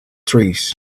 trees